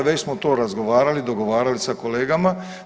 Već smo to razgovarali i dogovarali sa kolegama.